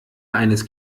eines